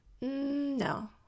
no